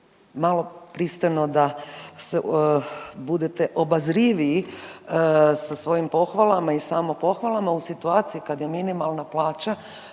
malo pristojno da budete obazriviji sa svojim pohvalama i samo pohvalama u situaciji kada je minimalna plaća